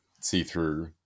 see-through